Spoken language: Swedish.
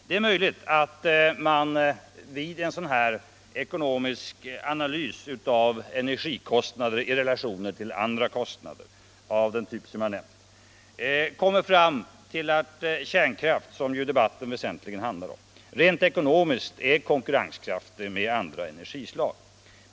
Det är möjligt att man vid en ekonomisk analys av energikostnader av den typ jag nämnt kommer fram till att kärnkraften, som debatten väsentligen handlar om, rent ekonomiskt är konkurrenskraftig jämfört med andra energislag.